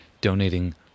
donating